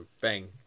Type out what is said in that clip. Bang